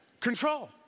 Control